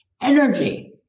Energy